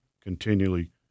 continually